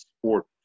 sport